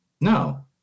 No